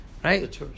Right